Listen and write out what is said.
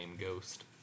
ghost